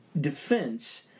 defense